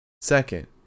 Second